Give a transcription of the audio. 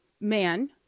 man